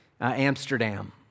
Amsterdam